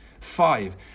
Five